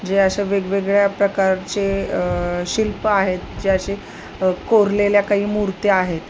जे असे वेगवेगळ्या प्रकारचे शिल्प आहेत जे असे कोरलेल्या काही मूर्त्या आहेत